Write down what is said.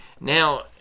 Now